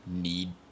need